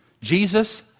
Jesus